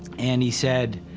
and he said,